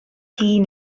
hun